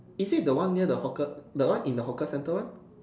is it the one near the hawker the one in the hawker center one